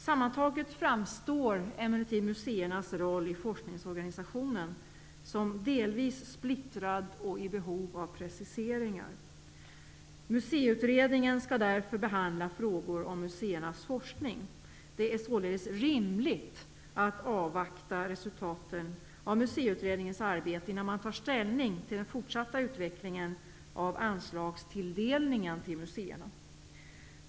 Sammantaget framstår emellertid museernas roll i forskningsorganisationen som delvis splittrad och i behov av preciseringar. Museiutredningen skall därför behandla frågor om museernas forskning. Det är således rimligt att avvakta resultaten av Museiutredningens arbete innan man tar ställning till den fortsatta utvecklingen av anslagstilldelningen till museerna.